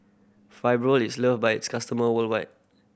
is loved by its customers worldwide